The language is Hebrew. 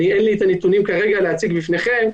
אין לי הנתונים כרגע להציג בפניכם,